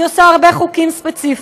היא עושה הרבה חוקים ספציפיים.